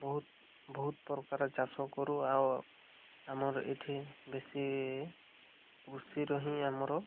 ବହୁତ ବହୁତ ପ୍ରକାର ଚାଷ କରୁ ଆଉ ଆମର ଏଠି ବେଶୀ କୃଷିର ହିଁ ଆମର